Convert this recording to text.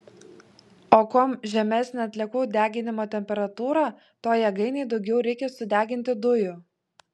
o kuo žemesnė atliekų deginimo temperatūra tuo jėgainei daugiau reikia sudeginti dujų